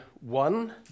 one